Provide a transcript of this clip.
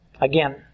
Again